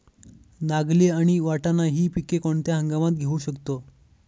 नागली आणि वाटाणा हि पिके कोणत्या हंगामात घेऊ शकतो?